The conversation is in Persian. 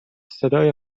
صدای